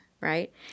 right